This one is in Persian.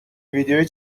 ویدیویی